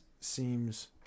seems